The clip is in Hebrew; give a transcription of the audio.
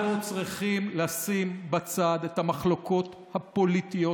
אנחנו צריכים לשים בצד את המחלוקות הפוליטיות,